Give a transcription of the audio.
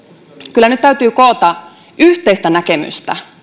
kyllä nyt täytyy koota yhteistä näkemystä